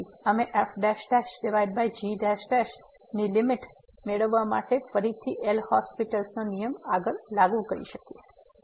તેથી અમે f"g" ની લીમીટ મેળવવા માટે ફરીથી એલ'હોસ્પિટલL'Hospital's નો નિયમ આગળ લાગુ કરી શકીએ છીએ